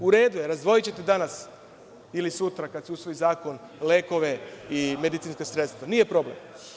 U redu je, razdvojićete danas ili sutra, kada se usvoji zakon lekove i medicinska sredstva, nije problem.